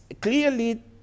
clearly